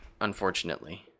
unfortunately